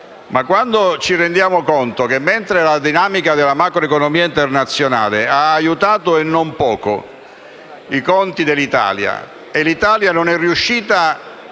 però, ci rendiamo conto che mentre la dinamica della macroeconomia internazionale ha aiutato - e non poco - i conti dell'Italia, e l'Italia non è riuscita